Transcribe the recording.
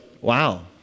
wow